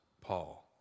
Paul